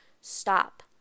stop